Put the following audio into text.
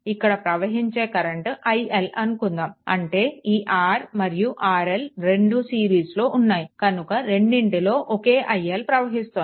ఇక్కడ ప్రవహించే current iL అనుకుందాము అంటే ఈ R మరియు RL రెండు సిరీస్లో ఉన్నాయి కనుక రెండింటిలో ఒకే iL ప్రవహిస్తుంది